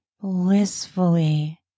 blissfully